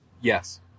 Yes